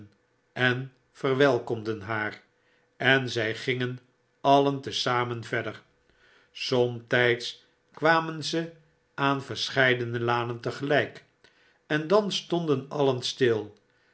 en verwelkomden haar en zij gingen alien te zamen verder somtijds kwamen ze aan verscheidene lanen tegelijk en dan stonden alien stil